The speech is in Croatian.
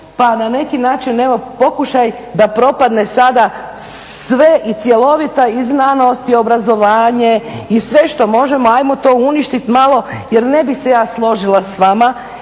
pa na neki način evo pokušaj da propadne sada sve i cjelovita i znanost i obrazovanje i sve što možemo ajmo to uništit malo jer ne bih se ja složila s vama